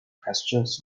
pastures